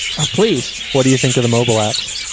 ah please. what do you think of the mobile apps?